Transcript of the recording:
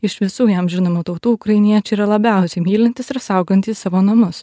iš visų jam žinomų tautų ukrainiečiai yra labiausiai mylintys ir saugantys savo namus